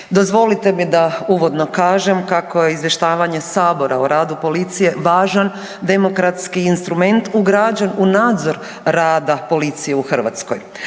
Dozvolite mi da uvodno kažem kako je izvještavanje Sabora o radu policije važan demokratski instrument ugrađen i nadzor rada policije u Hrvatskoj.